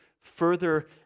further